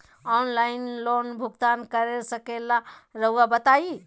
Online loan भुगतान कर सकेला राउआ बताई?